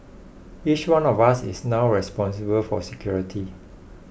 each one of us is now responsible for security